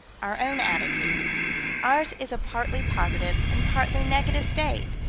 our own attitude ours is a partly positive and partly negative state,